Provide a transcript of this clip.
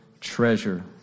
treasure